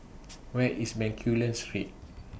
Where IS Bencoolen Street